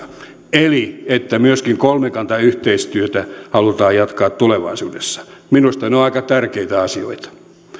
eli siihen että myöskin kolmikantayhteistyötä halutaan jatkaa tulevaisuudessa minusta ne ovat aika tärkeitä asioita